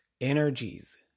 energies